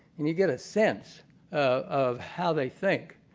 and you get a sense of how they think.